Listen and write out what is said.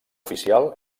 oficial